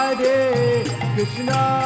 Krishna